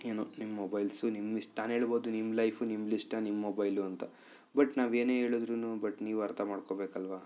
ಏನೋ ನಿಮ್ಮ ಮೊಬೈಲ್ಸು ನಿಮ್ಮ ಇಷ್ಟ ನಾನು ಹೇಳ್ಬೌದು ನಿಮ್ಮ ಲೈಫ್ ನಿಮ್ಮ ಇಷ್ಟ ನಿಮ್ಮ ಮೊಬೈಲು ಅಂತ ಬಟ್ ನಾವೇನೇ ಹೇಳಿದ್ರೂ ಬಟ್ ನೀವು ಅರ್ಥ ಮಾಡ್ಕೊಳ್ಬೇಕಲ್ವ